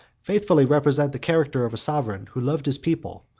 faithfully represent the character of a sovereign who loved his people,